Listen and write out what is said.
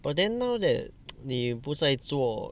but then now 你不再做